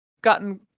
gotten